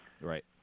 Right